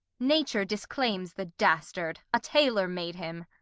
nature disclaims the dastard a taylor made him.